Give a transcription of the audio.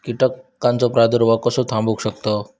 कीटकांचो प्रादुर्भाव कसो थांबवू शकतव?